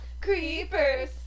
Creepers